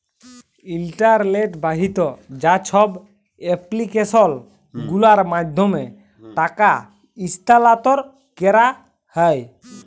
ইলটারলেট বাহিত যা ছব এপ্লিক্যাসল গুলার মাধ্যমে টাকা ইস্থালাল্তর ক্যারা হ্যয়